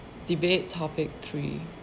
debate topic three